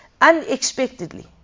unexpectedly